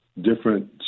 Different